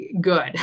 good